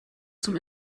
zum